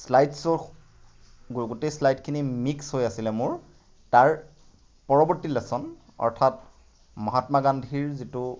শ্লাইডশ্ব'ৰ গো গোটেই শ্লাইডখিনি মিক্স হৈ আছিলে মোৰ তাৰ পৰৱৰ্তী লেছন অৰ্থাৎ মহাত্মা গান্ধীৰ যিটো